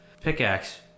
pickaxe